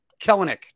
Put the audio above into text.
Kellenick